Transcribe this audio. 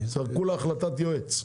כולה החלטת יועץ,